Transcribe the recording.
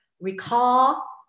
recall